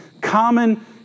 common